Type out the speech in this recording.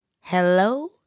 Hello